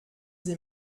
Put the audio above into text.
sie